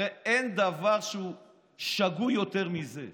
הרי אין דבר שהוא שגוי יותר מזה.